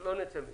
ולא נצא מזה.